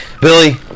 Billy